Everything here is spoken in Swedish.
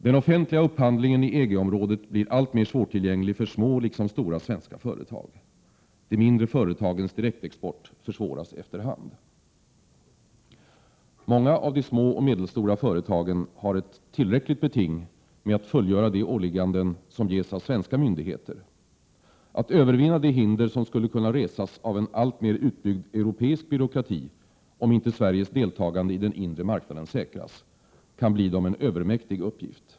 Den offentliga upphandlingen i EG-området blir alltmer svårtillgänglig för små liksom stora svenska företag. De mindre företagens direktexport försvåras efter hand. Många av de små och medelstora företagen har ett tillräckligt beting med att fullgöra de ålägganden som ges av svenska myndigheter. Att övervinna de hinder som skulle kunna resas av en alltmer utbyggd europeisk byråkrati, om inte Sveriges deltagande i den inre marknaden säkras, kan bli dem en övermäktig uppgift.